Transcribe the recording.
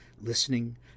listening